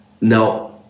Now